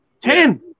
ten